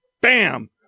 bam